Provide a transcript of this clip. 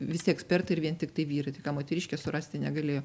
visi ekspertai ir vien tiktai vyrai tai tą moteriškę surasti negali